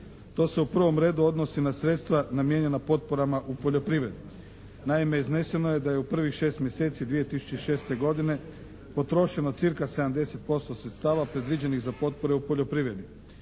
To se u prvom redu odnosi na sredstva namijenjena potporama u poljoprivredi. Naime, izneseno je da je u prvih šest mjeseci 2006. godine potrošeno cca. 70% sredstava predviđenih za potpore u poljoprivredi.